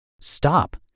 stop